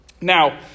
Now